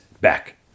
back